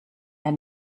der